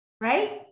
right